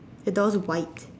the door's white